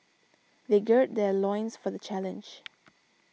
they gird their loins for the challenge